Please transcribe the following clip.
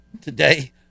today